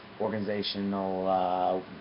organizational